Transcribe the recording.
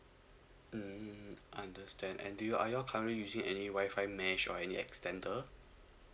mm understand and do you are you all currently using any Wi-Fi mesh or any extender